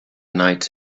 night